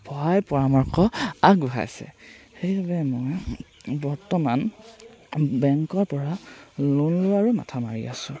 সহায় পৰামৰ্শ আগবঢ়াইছে সেইবাবে মই বৰ্তমান বেংকৰ পৰা লোন লোৱাৰো মাথা মাৰি আছোঁ